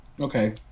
Okay